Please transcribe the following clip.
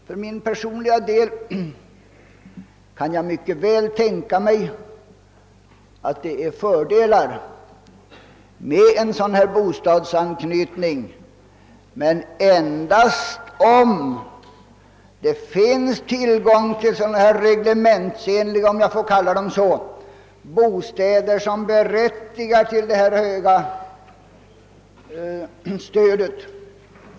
För min personliga del kan jag mycket väl tänka mig att en sådan bostadsanknytning innebär fördelar, men endast om det finns tillgång till »reglementsenliga» bostäder som berättigar till det höga stödet.